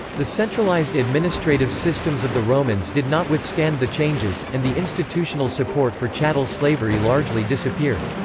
the centralized administrative systems of the romans did not withstand the changes, and the institutional support for chattel slavery largely disappeared.